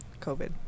COVID